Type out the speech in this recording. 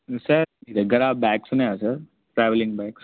sir మీ దగ్గర బ్యాగ్సున్నాయా సార్ ట్రావెలింగ్ బ్యాగ్స్